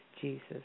Jesus